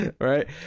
right